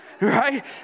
Right